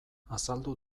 azaldu